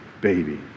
baby